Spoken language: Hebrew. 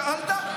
שאלת,